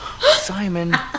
Simon